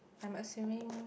I'm assuming